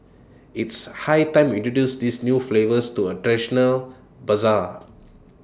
it's high time introduce these new flavours to A traditional Bazaar